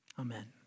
Amen